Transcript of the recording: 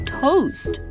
toast